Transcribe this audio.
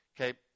Okay